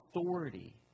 authority